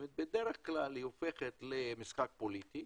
בדרך כלל היא הופכת למשחק פוליטי,